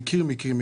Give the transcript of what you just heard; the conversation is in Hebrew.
ואני מכיר מקרים,